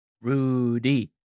Rudy